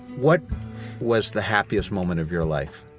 what was the happiest moment of your life?